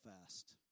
fast